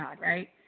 right